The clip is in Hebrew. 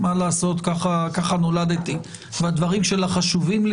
איזושהי מתיחות בין בית הדין כאן לבין בית דין רבני אחר בתפוצות?